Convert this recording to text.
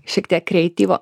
šiek tiek kreityvo